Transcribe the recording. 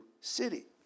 city